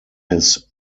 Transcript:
his